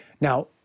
Now